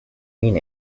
mean